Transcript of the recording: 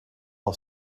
all